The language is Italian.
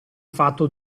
fatto